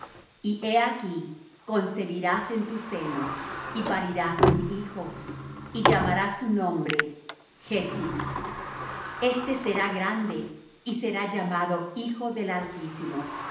he aquí concebirás en tu seno y parirás un hijo y llamarás su nombre jesus este será grande y será llamado hijo del altísimo